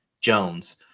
Jones